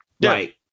Right